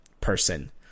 person